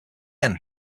again